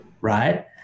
right